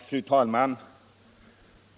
Fru talman!